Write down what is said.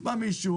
בא מישהו,